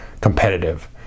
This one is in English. competitive